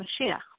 Mashiach